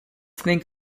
think